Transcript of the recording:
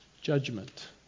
Judgment